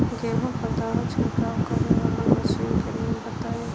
गेहूँ पर दवा छिड़काव करेवाला मशीनों के नाम बताई?